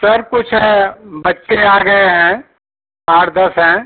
sir कुछ बच्चे आ गए हैं आठ दस हैं